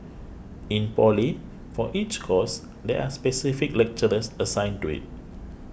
in Poly for each course there are specific lecturers assigned to it